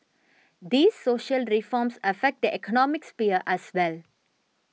these social reforms affect the economic sphere as well